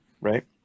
right